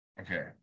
okay